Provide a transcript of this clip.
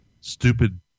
stupid